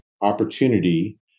opportunity